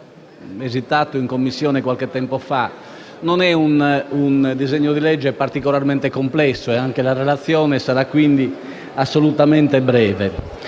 presentato in Commissione qualche tempo fa, non è particolarmente complesso e anche la relazione sarà quindi assolutamente breve.